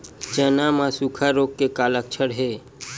चना म सुखा रोग के लक्षण का हे?